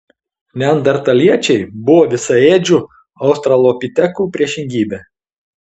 neandertaliečiai buvo visaėdžių australopitekų priešingybė